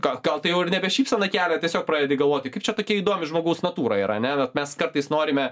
ką gal tai ir nebe šypseną kelia tiesiog pradedi galvoti kaip čia tokia įdomi žmogaus natūra yra ane vat mes kartais norime